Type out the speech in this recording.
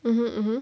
mmhmm